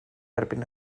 erbyn